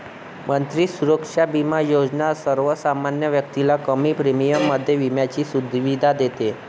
मंत्री सुरक्षा बिमा योजना सर्वसामान्य व्यक्तीला कमी प्रीमियम मध्ये विम्याची सुविधा देते